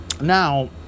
now